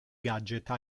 gadget